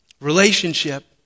Relationship